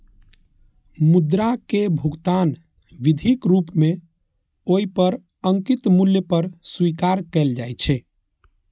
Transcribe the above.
मुद्रा कें भुगतान विधिक रूप मे ओइ पर अंकित मूल्य पर स्वीकार कैल जाइ छै